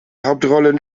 hauptrollen